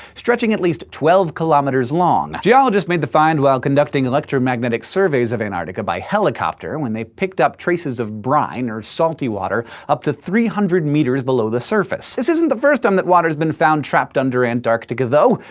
stretching at least twelve kilometers long. geologists made the find while conducting electromagnetic surveys of antarctica by helicopter, when they picked up traces of brine, or salty water, up to three hundred meters below the surface. this isn't the first time that water has been found trapped under antarctica, though.